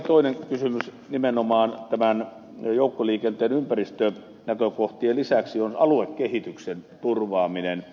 toinen kysymys nimenomaan joukkoliikenteen ympäristönäkökohtien lisäksi on aluekehityksen turvaaminen